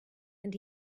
and